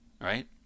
right